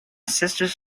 sisters